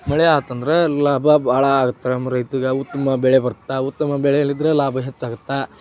ಮಳೆ ಆತಂದ್ರೆ ಲಾಭ ಭಾಳ ಆಗುತ್ತೆ ನಮ್ಮ ರೈತಗೆ ಅವು ಉತ್ತಮ ಬೆಳೆ ಬರ್ತಾ ಉತ್ತಮ ಬೆಳೆಯಲ್ಲಿದ್ರೆ ಲಾಭ ಹೆಚ್ಚಾಗುತ್ತೆ